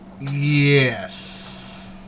yes